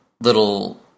little